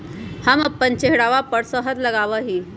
हम अपन चेहरवा पर शहद लगावा ही